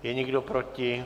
Je někdo proti?